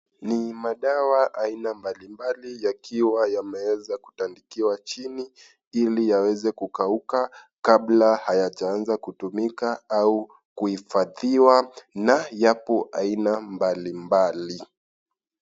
Ni madawa aina mbalimbali yakiwa yanaweza kutandikiwa chini hili yaweze kukauka kabla hayajaaza kutumika au kuhifhadiwa na yapo aina mbalmbali.